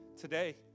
today